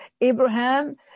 Abraham